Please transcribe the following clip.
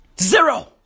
Zero